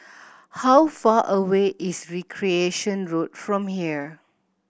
how far away is Recreation Road from here